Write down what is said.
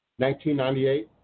1998